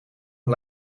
een